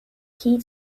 key